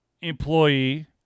employee